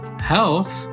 Health